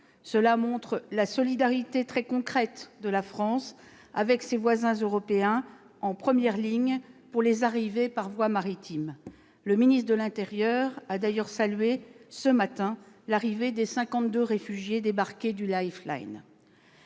Cela montre la solidarité très concrète de la France avec ses voisins européens en première ligne pour les arrivées par voie maritime. M. le ministre d'État, ministre de l'intérieur a d'ailleurs salué ce matin l'arrivée des 52 réfugiés débarqués du.